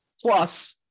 Plus-